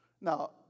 Now